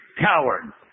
coward